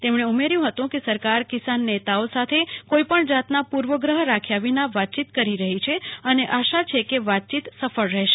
તેમણે ઉમેર્યું હતું કે સરકાર કિસન નેતાઓ સાથે કોઇપણ જાતના પૂર્વગ્રહ રાખ્યા વિના વાતચીત કરી રહી છે અને આશા છે કે વાતચીત સફળ રહેશે